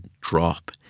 drop